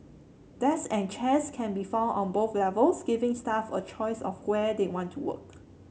desk and chairs can be found on both levels giving staff a choice of where they want to work